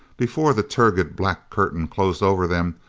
before the turgid black curtain closed over them,